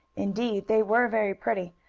indeed they were very pretty,